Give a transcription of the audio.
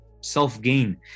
self-gain